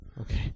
Okay